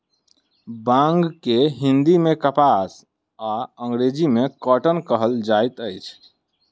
बांग के हिंदी मे कपास आ अंग्रेजी मे कौटन कहल जाइत अछि